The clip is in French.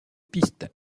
pistes